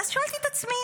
ואז שאלתי את עצמי